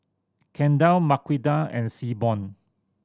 Kendall Marquita and Seaborn